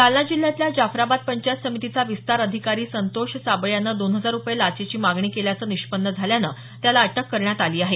जालना जिल्ह्यातल्या जाफराबाद पंचायत समितीचा विस्तार अधिकारी संतोष साबळे यानं दोन हजार रुपये लाचेची मागणी केल्याचं निष्पन्न झाल्यानं त्याला अटक करण्यात आली आहे